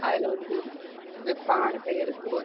அதில் வந்து இப்போ பானை செய்கிற தொ